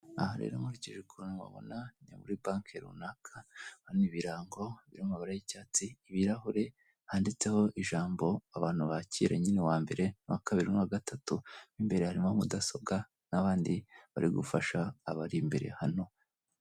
Aha rero nkurikije mpabona ni muri banke runaka, urabona ibirango biri mu mabara y'icyatsi ibirahure handitseho ijambo abantu bakira nyine wa mbere, uwa kabiri, n'uwa gatatu mo imbere harimo mudasobwa n'abandi bari gufasha abari imbere hano.